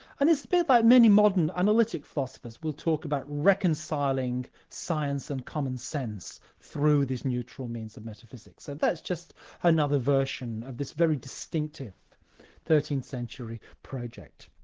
and it's thereby many modern analytic philosophers will talk about reconciling science and commonsense through this neutral means of metaphysics. so that's just another version of this very distinctive thirteenth century project.